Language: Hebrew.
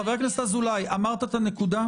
חבר הכנסת אזולאי, אמרת את הנקודה.